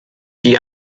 die